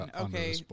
Okay